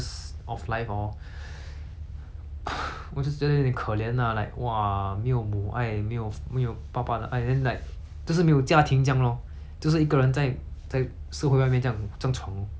我就觉得有一点可怜 lah like !wah! 没有母爱没有没有爸爸的爱 then like 就是没有家庭这样 lor 就是一个人在在社会外面这样这样闯 lor 有一点有一点 like !aiya!